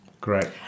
Great